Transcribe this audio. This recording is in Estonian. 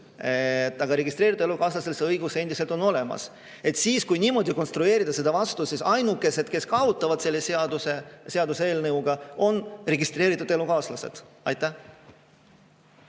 aga registreeritud elukaaslastel see õigus endiselt on olemas. Siis, kui niimoodi konstrueerida seda vastust, siis ainukesed, kes kaotavad selle seaduseelnõuga, on registreeritud elukaaslased. Aitäh,